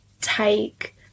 take